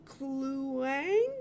Kluang